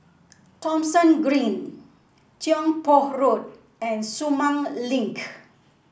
Thomson Green Tiong Poh Road and Sumang Link